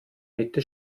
mitte